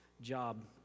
job